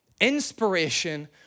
inspiration